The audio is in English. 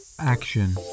Action